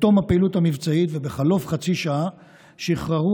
בתום הפעילות המבצעית ובחלוף חצי שעה שחררו